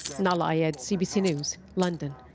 nahlah ayed, cbc news, london.